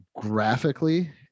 graphically